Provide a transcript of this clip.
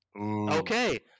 Okay